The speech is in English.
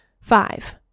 Five